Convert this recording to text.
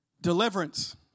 deliverance